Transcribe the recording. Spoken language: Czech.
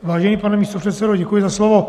Vážený pane místopředsedo, děkuji za slovo.